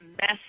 mess